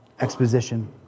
exposition